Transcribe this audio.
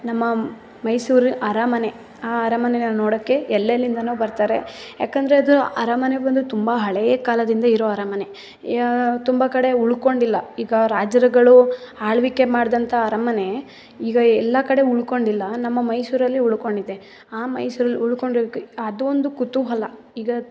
ನಮ್ಮ ಮೈಸೂರು ಅರಮನೆ ಆ ಅರಮನೇನ ನೋಡೋಕ್ಕೆ ಎಲ್ಲೆಲ್ಲಿಂದಲೋ ಬರ್ತಾರೆ ಏಕಂದ್ರೆ ಅದು ಅರಮನೆ ಬಂದು ತುಂಬ ಹಳೆಯ ಕಾಲದಿಂದ ಇರೋ ಅರಮನೆ ತುಂಬ ಕಡೆ ಉಳ್ಕೊಂಡಿಲ್ಲ ಈಗ ರಾಜರುಗಳು ಆಳ್ವಿಕೆ ಮಾಡಿದಂತಹ ಅರಮನೆ ಈಗ ಎಲ್ಲ ಕಡೆ ಉಳ್ಕೊಂಡಿಲ್ಲ ನಮ್ಮ ಮೈಸೂರಲ್ಲಿ ಉಳ್ಕೊಂಡಿದೆ ಆ ಮೈಸೂರಲ್ಲಿ ಉಳ್ಕೊಂಡಿರೋದಕ್ಕೆ ಅದು ಒಂದು ಕುತೂಹಲ ಈಗ